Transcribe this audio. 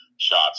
Shots